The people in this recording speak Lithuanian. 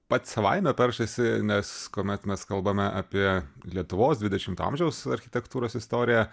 pats savaime peršasi nes kuomet mes kalbame apie lietuvos dvidešimto amžiaus architektūros istoriją